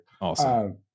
Awesome